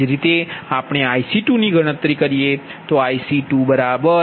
એ જ રીતે IC2 4 0